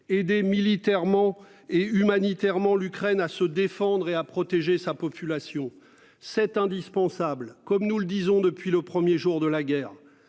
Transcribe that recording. des militairement et humanitairement l'Ukraine à se défendre et à protéger sa population. C'est indispensable, comme nous le disons depuis le 1er jour de la guerre